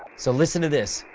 so listen to this,